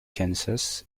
kansas